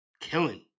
killing